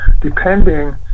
depending